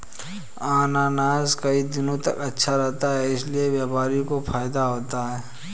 अनानास कई दिनों तक अच्छा रहता है इसीलिए व्यापारी को फायदा होता है